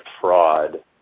fraud